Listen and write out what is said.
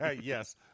Yes